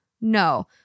No